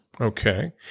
Okay